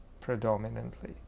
predominantly